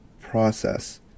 process